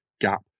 gap